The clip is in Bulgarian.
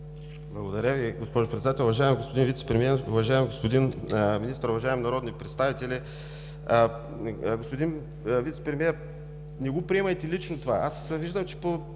Благодаря Ви, госпожо Председател. Уважаеми господин Вицепремиер, уважаеми господин Министър, уважаеми народни представители! Господин Вицепремиер, не приемайте лично това! Аз виждам, че